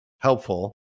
helpful